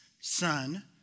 son